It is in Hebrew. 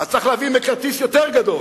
אז צריך להביא מקארתיסט יותר גדול,